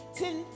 ten